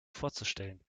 vorzustellen